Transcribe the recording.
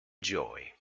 joy